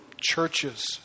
Churches